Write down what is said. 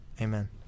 Amen